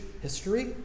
history